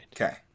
Okay